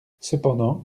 cependant